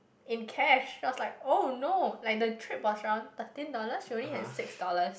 in cash then I was like oh no like the trip was around thirteen dollars she only had six dollars